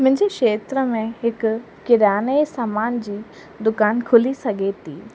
मुंहिंजे क्षेत्र में हिकु किराने सामान जी दुकान खुली सघे थी